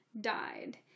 died